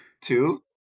two